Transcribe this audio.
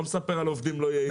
הוא לא מספר על עובדים לא יעילים,